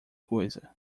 coisa